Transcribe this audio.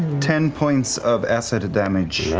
ten points of acid damage.